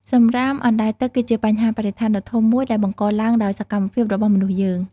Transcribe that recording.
សំរាមអណ្តែតទឹកគឺជាបញ្ហាបរិស្ថានដ៏ធំមួយដែលបង្កឡើងដោយសកម្មភាពរបស់មនុស្សយើង។